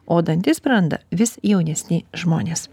o dantis praranda vis jaunesni žmonės